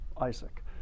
Isaac